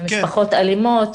במשפחות אלימות,